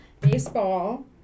Baseball